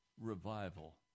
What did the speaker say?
revival